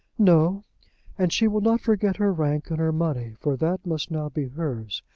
no and she will not forget her rank and her money for that must now be hers.